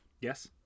Yes